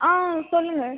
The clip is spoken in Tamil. ஆ சொல்லுங்கள்